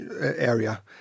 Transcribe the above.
area